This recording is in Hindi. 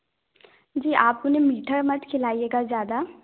जी आप उन्हें मीठा मत खिलाइएगा ज़्यादा